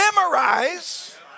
memorize